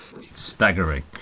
staggering